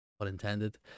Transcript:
unintended